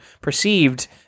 perceived